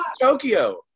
Tokyo